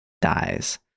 dies